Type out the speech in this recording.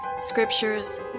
scriptures